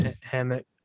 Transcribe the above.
hammock